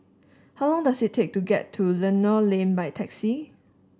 how long does it take to get to Lentor Lane by taxi